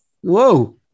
whoa